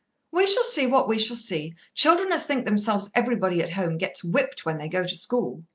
we shall see what we shall see. children as think themselves everybody at home, gets whipped when they go to school,